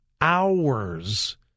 hours